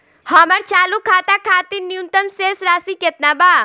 हमर चालू खाता खातिर न्यूनतम शेष राशि केतना बा?